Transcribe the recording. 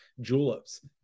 juleps